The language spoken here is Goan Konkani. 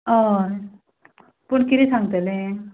हय पूण कितें सांगतलें